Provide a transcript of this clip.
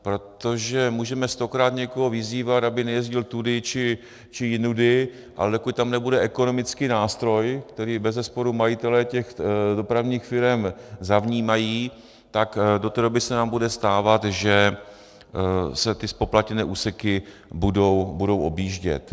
Protože můžeme stokrát někoho vyzývat, aby nejezdil tudy či jinudy, ale dokud tam nebude ekonomický nástroj, který bezesporu majitelé těch dopravních firem zavnímají, tak do té doby se nám bude stávat, že se ty zpoplatněné úseky budou objíždět.